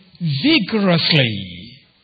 vigorously